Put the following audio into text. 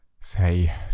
say